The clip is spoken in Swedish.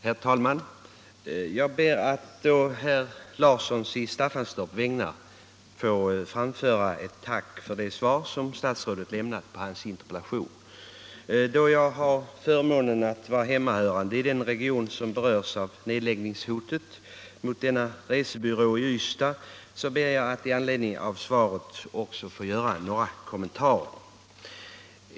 Herr talman! Jag ber att på herr Larssons i Staffanstorp vägnar få framföra ett tack för det svar som statsrådet lämnat på hans interpellation. 93 Då jag har förmånen att vara hemmahörande i den region som berörs av nedläggningshotet mot SJ resebyrå i Ystad ber jag att i anledning av svaret också få göra några kommentarer.